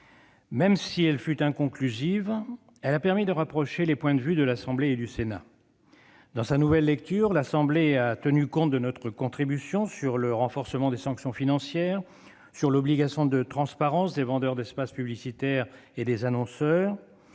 n'ait pas été conclusive, elle a permis de rapprocher les points de vue de l'Assemblée nationale et du Sénat. Dans sa nouvelle lecture, l'Assemblée nationale a tenu compte de notre contribution sur le renforcement des sanctions financières et sur l'obligation de transparence des vendeurs d'espaces publicitaires et des annonceurs.